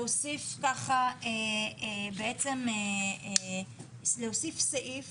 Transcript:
להוסיף ככה בעצם להוסיף סעיף